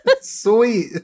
Sweet